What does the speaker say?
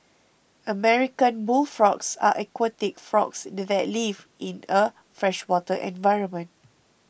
American bullfrogs are aquatic frogs do that live in a freshwater environment